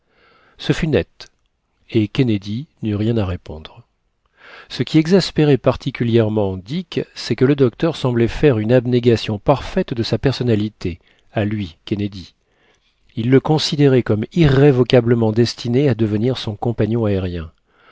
ce fut net et kennedy n'eut rien à répondre ce qui exaspérait particulièrement dick c'est que le docteur semblait faire une abnégation parfaite de sa personnalité à lui kennedy il le considérait comme irrévocablement destiné à devenir son compagnon aérien